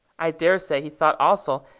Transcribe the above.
i daresay he thought, also,